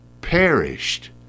perished